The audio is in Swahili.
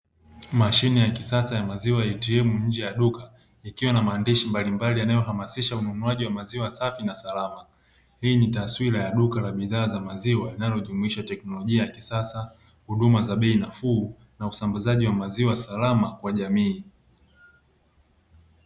Mashine ya kisasa ya maziwa "ATM" nje ya duka, ikiwa na maandishi mbalimbali yanayohamasisha ununuaji wa maziwa safi na salama. Hii ni taswira ya duka la bidhaa za maziwa, inayojumuisha teknolojia ya kisasa, huduma za bei nafuu na usambazaji wa maziwa salama kwa jamii.